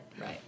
Right